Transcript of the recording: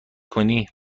کنی